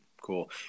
Cool